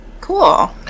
Cool